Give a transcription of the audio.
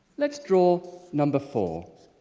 let's draw number four.